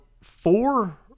four